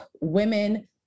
women